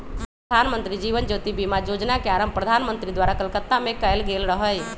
प्रधानमंत्री जीवन ज्योति बीमा जोजना के आरंभ प्रधानमंत्री द्वारा कलकत्ता में कएल गेल रहइ